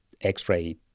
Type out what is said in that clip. X-ray